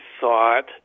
thought